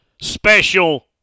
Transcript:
special